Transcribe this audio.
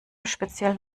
speziellen